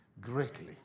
greatly